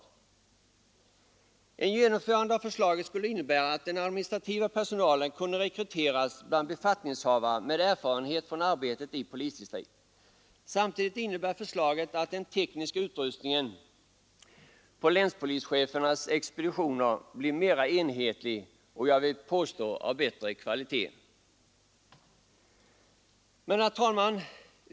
Ett genomförande av förslaget skulle innebära att den administrativa personalen kunde rekryteras bland befattningshavare med erfarenhet från arbetet i polisdistrikt. Samtidigt betyder förslaget att den tekniska utrustningen på länspolischefernas expeditioner blir mera enhetlig och — vill jag påstå — av bättre kvalitet. Herr talman!